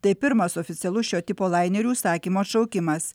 tai pirmas oficialus šio tipo lainerių užsakymo atšaukimas